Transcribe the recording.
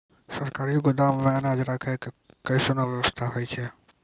सरकारी गोदाम मे अनाज राखै के कैसनौ वयवस्था होय छै?